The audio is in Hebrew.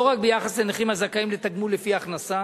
לא רק ביחס לנכים הזכאים לתגמול לפי ההכנסה.